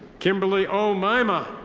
kimberly o. maima.